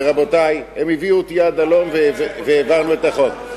רבותי, הם הביאו אותי עד הלום והעברנו את החוק.